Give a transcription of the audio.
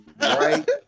right